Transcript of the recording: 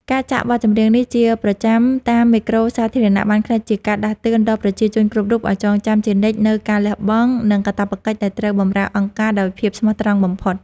ការចាក់បទចម្រៀងនេះជាប្រចាំតាមមេក្រូសាធារណៈ បានក្លាយជាការដាស់តឿនដល់ប្រជាជនគ្រប់រូបឲ្យចងចាំជានិច្ចនូវការលះបង់ និងកាតព្វកិច្ចដែលត្រូវបម្រើអង្គការដោយភាពស្មោះត្រង់បំផុត។